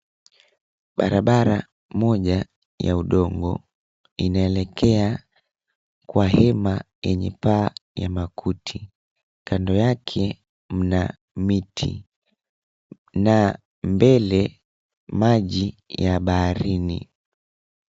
Barabara moja ya udongo inaelekea kwa hema yenye paa ya makuti. Kando yake mna miti na mbele maji ya baharini.